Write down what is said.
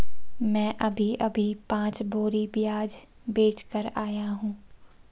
मैं अभी अभी पांच बोरी प्याज बेच कर आया हूं